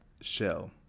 Shell